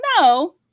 no